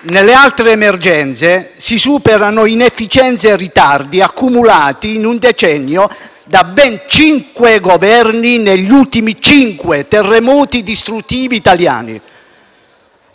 Nelle altre emergenze si superano inefficienze e ritardi accumulati in un decennio da ben cinque Governi negli ultimi cinque terremoti distruttivi italiani.